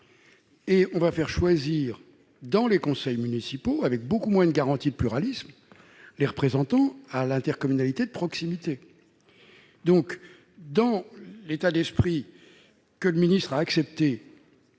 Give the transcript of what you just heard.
et on va faire choisir dans les conseils municipaux avec beaucoup moins une garantie de pluralisme les représentants à l'intercommunalité de proximité donc dans l'état d'esprit que le ministre a accepté,